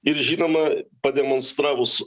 ir žinoma pademonstravus